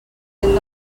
moment